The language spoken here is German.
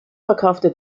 verkaufte